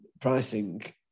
pricing